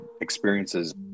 experiences